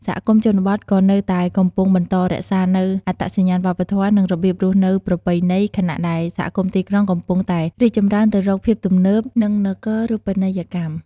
សហគមន៍ជនបទក៏នៅតែកំពុងបន្តរក្សានូវអត្តសញ្ញាណវប្បធម៌ និងរបៀបរស់នៅប្រពៃណី ខណៈដែលសហគមន៍ទីក្រុងកំពុងតែរីកចម្រើនទៅរកភាពទំនើប និងនគរូបនីយកម្ម។